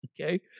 okay